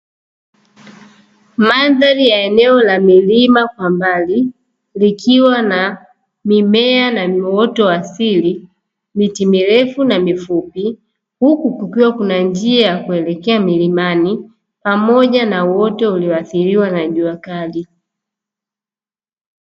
Mandhari ya eneo la milima kwa mbali ,likiwa na mimea na uoto wa asili, miti mirefu na mifupi huku kukiwa kuna njia kuelekea milimani, pamoja na uoto ulioathiriwa na jua kali.